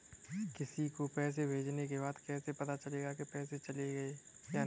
किसी को पैसे भेजने के बाद कैसे पता चलेगा कि पैसे गए या नहीं?